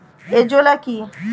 Azolla কি?